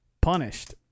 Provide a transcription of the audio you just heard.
punished